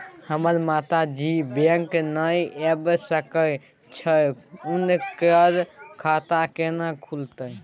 हमर माता जी बैंक नय ऐब सकै छै हुनकर खाता केना खूलतै?